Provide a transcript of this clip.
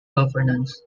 governance